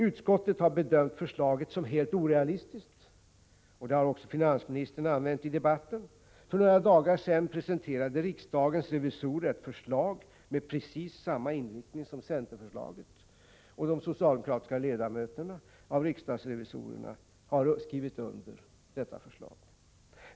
Utskottet har bedömt förslaget som helt orealistiskt. Den bedömningen har också finansministern gjort i debatten. För några dagar sedan presenterade riksdagens revisorer ett förslag med precis samma inriktning som centerförslaget, och de socialdemokratiska ledamöterna av riksdagens revisorer har skrivit under detta förslag.